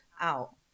out